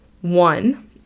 one